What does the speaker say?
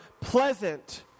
pleasant